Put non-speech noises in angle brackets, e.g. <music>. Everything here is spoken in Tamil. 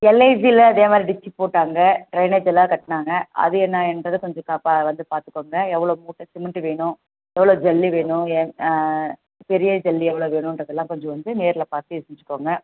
எல்ஐஜி அதே மாதிரி <unintelligible> போட்டாங்க ட்ரைனேஜெல்லாம் கட்டினாங்க அது என்ன என்றதை கொஞ்சம் க பா வந்து பார்த்துக்கோங்க எவ்வளோ மூட்டை சிமெண்ட் வேணும் எவ்வளோ ஜல்லி வேணும் பெரிய ஜல்லி எவ்வளோ வேணுன்றதெல்லாம் கொஞ்சம் வந்து நேரில் பார்த்து தெரிஞ்சிக்கோங்க